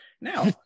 now